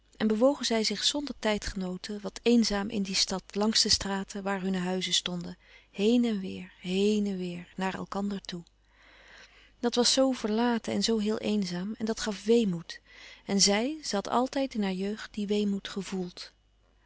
en bewogen zij zich zonder tijdgenooten wat eenzaam in die stad langs de straten waar hunne huizen stonden heen en weêr heen en weêr naar elkander toe dat was zoo verlaten en zoo heel eenzaam en dat gaf weemoed en zij ze had altijd in haar jeugd dien weemoed gevoeld